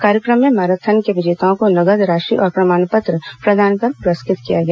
कार्यक्रम में मैराथन के विजेताओं को नगद राशि और प्रमाण पत्र प्रदान कर पुरस्कृत किया गया